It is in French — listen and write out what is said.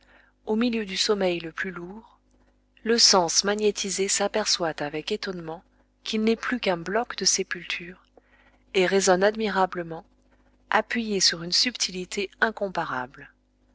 au milieu du sommeil le plus lourd le sens magnétisé s'aperçoit avec étonnement qu'il n'est plus qu'un bloc de sépulture et raisonne admirablement appuyé sur une subtilité incomparable